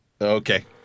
Okay